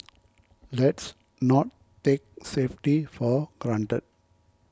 let's not take safety for granted